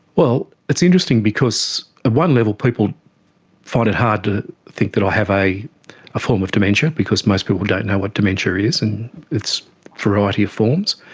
well, it's interesting because at one level people find it hard to think that i have a ah form of dementia because most people don't know what dementia is in its variety of forms,